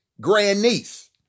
grandniece